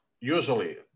usually